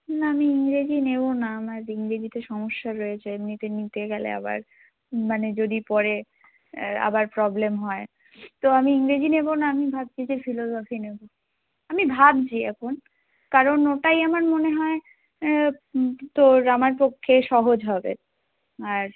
না আমি ইংরেজি নেবো না আমার ইংরেজিতে সমস্যা রয়েছে এমনিতে নিতে গেলে আবার মানে যদি পরে আবার প্রবলেম হয় তো আমি ইংরেজি নেবো না আমি ভাবছি যে ফিলোজফি নেবো আমি ভাবযি এখন কারণ ওটাই আমার মনে হয় তোর আমার পক্ষে সহজ হবে আর